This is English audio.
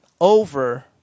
over